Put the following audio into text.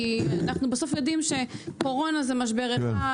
כי בסוף אנחנו יודעים שקורונה זה משבר אחד,